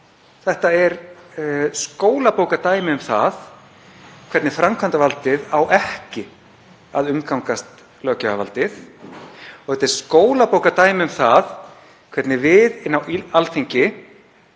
Þetta er skólabókardæmi um það hvernig framkvæmdarvaldið á ekki að umgangast löggjafarvaldið og þetta er skólabókardæmi um það hvernig við á Alþingi